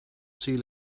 sea